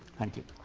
thank you.